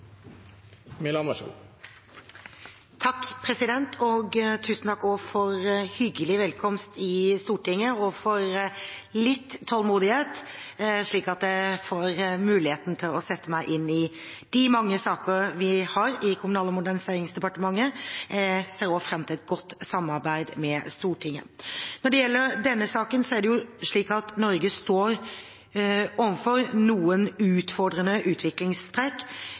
for hyggelig velkomst i Stortinget, og for litt tålmodighet, slik at jeg får muligheten til å sette meg inn i de mange saker vi har i Kommunal- og moderniseringsdepartementet. Jeg ser også fram til et godt samarbeid med Stortinget. Når det gjelder denne saken, er det slik at Norge står overfor noen utfordrende utviklingstrekk.